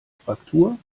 fraktur